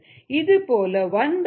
இதுபோல 116